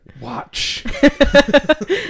Watch